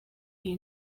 iyi